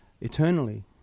eternally